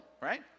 right